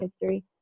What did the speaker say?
history